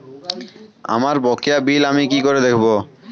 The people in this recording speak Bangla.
আমার বকেয়া বিল আমি কি করে দেখব?